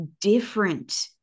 different